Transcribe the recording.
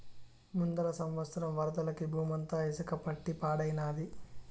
ముందల సంవత్సరం వరదలకి బూమంతా ఇసక పట్టి పాడైనాది